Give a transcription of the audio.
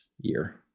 year